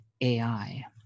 AI